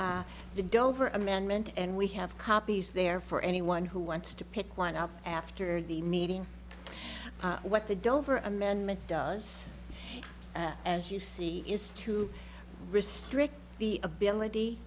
could the dover amendment and we have copies there for anyone who wants to pick one up after the meeting what the dover amendment does as you see is to restrict the ability